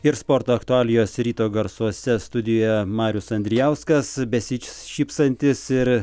ir sporto aktualijos ryto garsuose studijoje marius andrijauskas besišypsantis ir